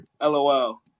lol